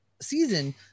season –